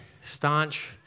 staunch